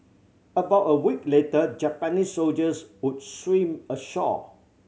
about a week later Japanese soldiers would swim ashore